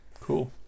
cool